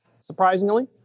Surprisingly